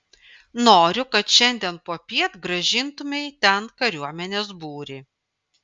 noriu kad šiandien popiet grąžintumei ten kariuomenės būrį